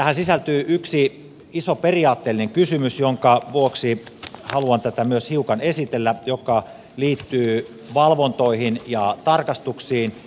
tähän sisältyy yksi iso periaatteellinen kysymys jonka vuoksi haluan tätä myös hiukan esitellä ja joka liittyy valvontoihin ja tarkastuksiin